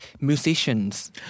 musicians